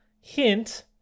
hint